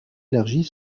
élargit